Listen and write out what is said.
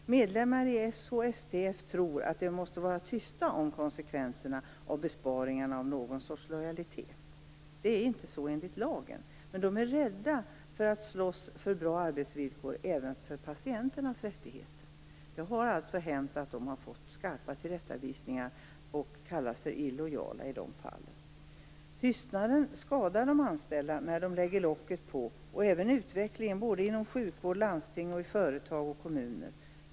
Medlemmar i SHSTF tror att de, på grund av något slags lojalitet, måste vara tysta om konsekvenserna av besparingarna. Det är inte så enligt lag. Men de är rädda för att slåss för bra arbetsvillkor och även för patienternas rättigheter. Det har hänt att de har fått skarpa tillrättavisningar och kallats för illojala i de fallen. Tystnaden skadar de anställda och utvecklingen inom sjukvård, landsting, företag och kommuner.